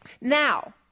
Now